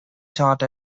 taught